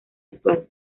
actual